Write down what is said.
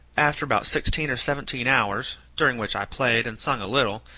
after about sixteen or seventeen hours, during which i played and sung a little,